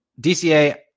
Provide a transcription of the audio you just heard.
dca